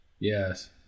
Yes